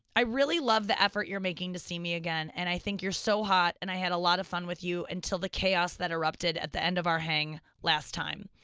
i really love the effort you're making to see me again and i think you're so hot, and i had a lot of fun with you until the chaos that erupted at the end of our hang last time.